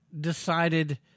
decided